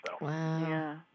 Wow